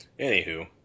Anywho